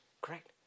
Correct